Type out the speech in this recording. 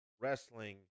wrestling